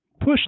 Push